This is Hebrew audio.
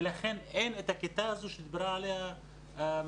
ולכן אין את הכיתה הזו שדיברה עליה ממשרד